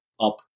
up